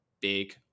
big